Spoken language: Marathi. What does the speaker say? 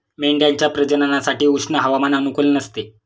मेंढ्यांच्या प्रजननासाठी उष्ण हवामान अनुकूल नसते